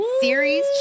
Series